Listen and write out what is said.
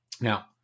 Now